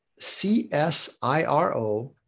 CSIRO